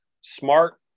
smart